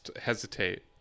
hesitate